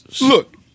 Look